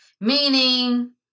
Meaning